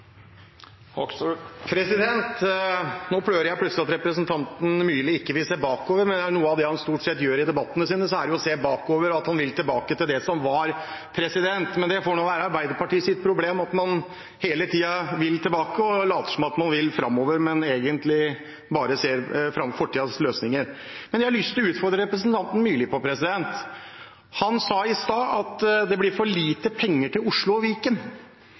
Nå hører jeg plutselig at representanten Myrli ikke vil se bakover. Er det noe han stort sett gjør i debattene sine, er det jo å se bakover – han vil tilbake til det som var. Men det får være Arbeiderpartiets problem at man hele tiden vil tilbake – man later som man vil framover, mens man egentlig vil ha fortidens løsninger. Jeg har lyst til å utfordre representanten Myrli: Han sa i stad at det blir for lite penger til Oslo og Viken.